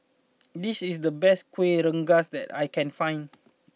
this is the best Kuih Rengas that I can find